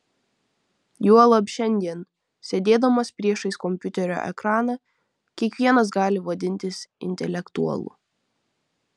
juolab šiandien sėdėdamas priešais kompiuterio ekraną kiekvienas gali vadintis intelektualu